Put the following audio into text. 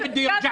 גם